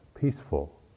peaceful